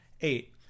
Eight